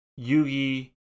Yugi